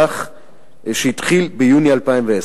שהתחיל ביוני 2010,